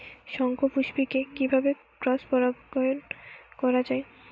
শঙ্খপুষ্পী কে কিভাবে ক্রস পরাগায়ন করা যায়?